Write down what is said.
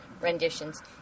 renditions